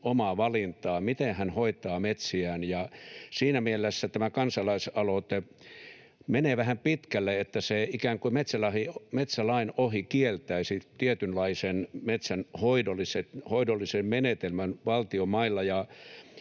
omaa valintaa siinä, miten hän hoitaa metsiään. Siinä mielessä tämä kansalaisaloite menee vähän pitkälle, kun se ikään kuin metsälain ohi kieltäisi tietynlaisen metsänhoidollisen menetelmän valtion mailla.